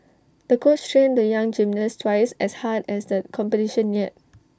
the coach trained the young gymnast twice as hard as the competition neared